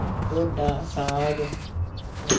ढोडा साग